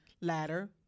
ladder